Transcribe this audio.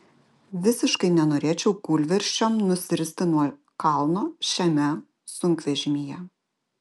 visiškai nenorėčiau kūlversčiom nusiristi nuo kalno šiame sunkvežimyje